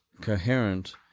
coherent